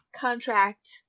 contract